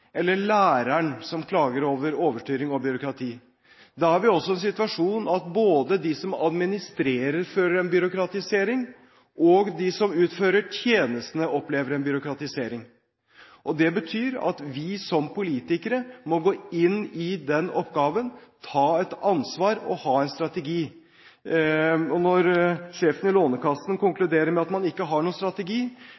eller læreren som klager over overstyring og byråkrati. Da er vi i en situasjon der både de som administrerer, føler en byråkratisering, og de som utfører tjenestene, opplever en byråkratisering. Det betyr at vi som politikere må gå inn i den oppgaven, ta et ansvar og ha en strategi. Når sjefen i Lånekassen